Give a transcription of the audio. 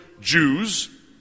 Jews